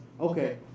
okay